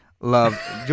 love